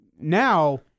Now